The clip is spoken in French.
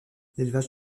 l’élevage